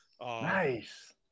Nice